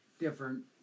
different